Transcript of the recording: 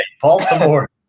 Baltimore